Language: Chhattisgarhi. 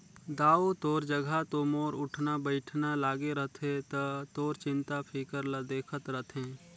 दाऊ तोर जघा तो मोर उठना बइठना लागे रथे त तोर चिंता फिकर ल देखत रथें